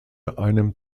einem